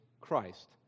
Christ